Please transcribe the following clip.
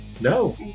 No